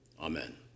Amen